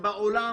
שבעולם